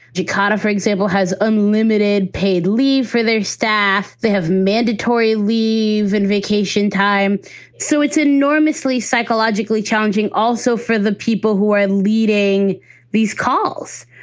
djakarta, for example, has unlimited paid leave for their staff. they have mandatory leave and vacation time so it's enormously psychologically challenging also for the people who are leading these calls.